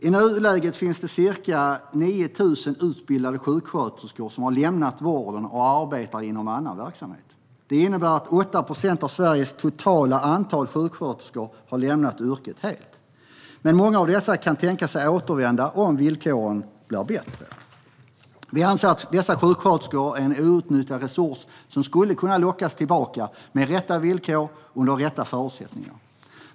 I nuläget finns det ca 9 000 utbildade sjuksköterskor som har lämnat vården och arbetar inom annan verksamhet. Det innebär att 8 procent av Sveriges totala antal sjuksköterskor har lämnat yrket helt. Många av dessa kan dock tänka sig att återvända om villkoren blir bättre. Vi anser att dessa sjuksköterskor är en outnyttjad resurs som skulle kunna lockas tillbaka med rätt villkor och under rätt förutsättningar.